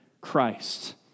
Christ